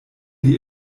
die